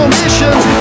missions